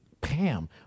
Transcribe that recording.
Pam